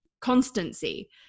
constancy